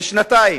לשנתיים.